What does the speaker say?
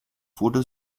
wurde